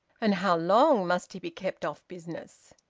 and how long must he be kept off business?